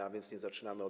A więc nie zaczynamy od.